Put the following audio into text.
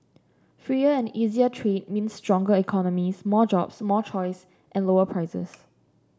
freer and easier trade means stronger economies more jobs more choice and lower prices